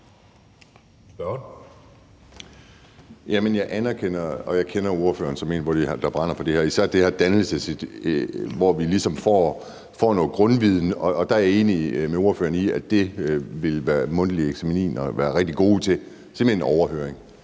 jeg anerkender, og jeg kender ordføreren som en, der brænder for det her, især det her med dannelse, hvor vi ligesom får noget grundviden. Og der er jeg enig med ordføreren i, at det ville mundtlige eksamener være rigtig gode til, altså simpelt hen en overhøring,